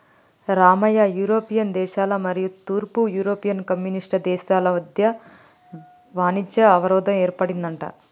Ramayya European దేశాల మరియు తూర్పు యూరోపియన్ కమ్యూనిస్ట్ దేశాల మధ్య వాణిజ్య అవరోధం ఏర్పడిందంట